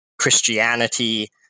Christianity